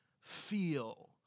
feel